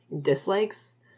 dislikes